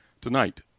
Tonight